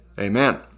Amen